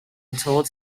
told